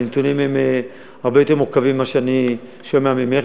הנתונים הם הרבה יותר מורכבים ממה שאני שומע ממך,